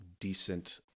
decent